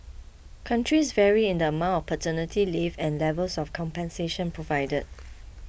countries vary in the amount of paternity leave and levels of compensation provided